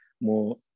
more